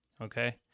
Okay